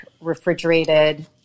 refrigerated